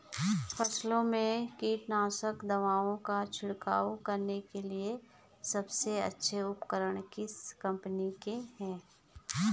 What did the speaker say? फसलों में कीटनाशक दवाओं का छिड़काव करने के लिए सबसे अच्छे उपकरण किस कंपनी के हैं?